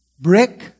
Brick